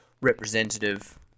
representative